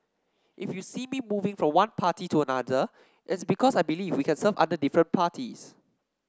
if you see me moving from one party to another it's because I believe we can serve under different parties